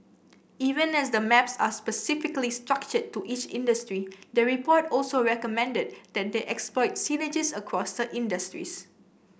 even as the maps are specifically structured to each industry the report also recommended that they exploit synergies across the industries